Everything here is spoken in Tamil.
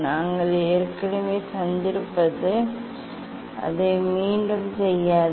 நாங்கள் ஏற்கனவே சந்தித்திருப்பது அதை மீண்டும் செய்யாது